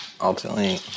Ultimately